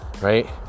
right